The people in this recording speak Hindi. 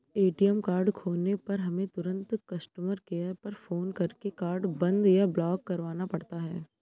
ए.टी.एम कार्ड खोने पर हमें तुरंत कस्टमर केयर पर फ़ोन करके कार्ड बंद या ब्लॉक करवाना पड़ता है